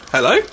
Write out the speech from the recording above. Hello